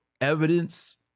Evidence